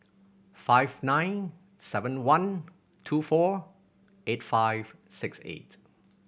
five nine seven one two four eight five six eight